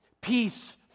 peace